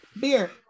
Beer